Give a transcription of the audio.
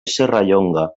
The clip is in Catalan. serrallonga